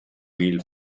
meal